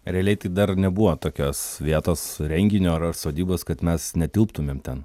realiai tai dar nebuvo tokios vietos renginio ar sodybos kad mes netilptumėm ten